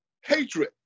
Hatred